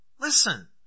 Listen